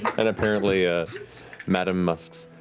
and apparently ah madam musk.